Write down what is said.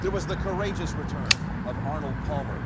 there was the courageous return of arnold palmer